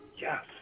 Yes